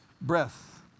breath